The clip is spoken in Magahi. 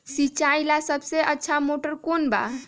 सिंचाई ला सबसे अच्छा मोटर कौन बा?